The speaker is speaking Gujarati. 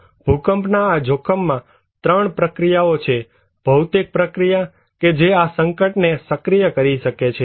ભૂકંપના આ જોખમમાં ત્રણ પ્રક્રિયાઓ છે ભૌતિક પ્રક્રિયા કે જે આ સંકટને સક્રિય કરી શકે છે